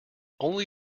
only